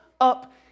up